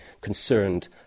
concerned